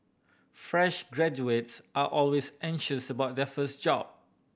fresh graduates are always anxious about their first job